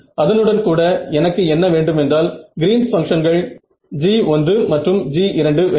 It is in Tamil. அதனுடன் கூட எனக்கு என்ன வேண்டும் என்றால் கிரீன்ஸ் பங்க்ஷன்கள் Green's function G1 மற்றும் G2 வேண்டும்